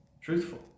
truthful